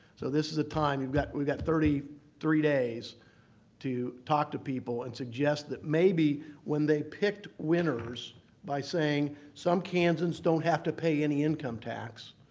so this is a time we've got we've got thirty three days to talk to people and suggest that maybe when they picked winners by saying some kansans don't have to pay any income tax,